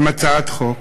עם הצעת חוק,